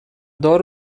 دار